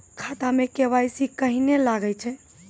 खाता मे के.वाई.सी कहिने लगय छै?